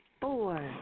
Four